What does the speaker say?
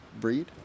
breed